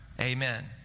Amen